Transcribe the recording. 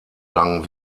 lang